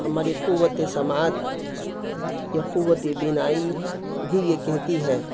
ہماری قوت سماعت یا قوت بینائی بھی یہ کہتی ہے